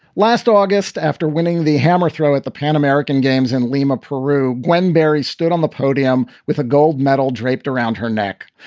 last august, after winning the hammer throw at the pan american games in lima, peru, when barry stood on the podium with a gold medal draped around her neck.